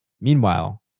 Meanwhile